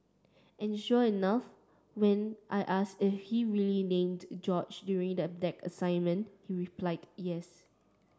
and sure enough when I asked if he really named George during the deck assessment he replied yes